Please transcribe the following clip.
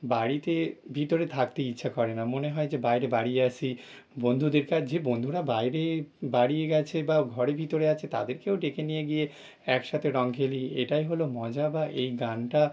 বাড়িতে ভিতরে থাকতে ইচ্ছা করে না মনে হয় যে বাইরে বারিয়ে আসি বন্ধুদের কাজ যে বন্ধুরা বাইরে বেরিয়ে গেছে বা ঘরের ভিতরে আছে তাদেরকেও ডেকে নিয়ে গিয়ে একসাথে রঙ খেলি এটাই হলো মজা বা এই গানটা